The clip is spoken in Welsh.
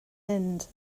mynd